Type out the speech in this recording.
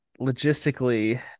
logistically